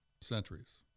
centuries